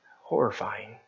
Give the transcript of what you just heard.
Horrifying